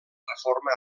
reforma